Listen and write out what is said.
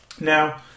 Now